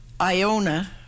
Iona